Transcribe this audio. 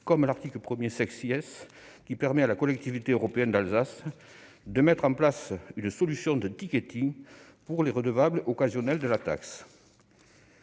comme l'article 1, qui permet à la Collectivité européenne d'Alsace de mettre en place une solution de pour les redevables occasionnels de la taxe.